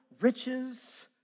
riches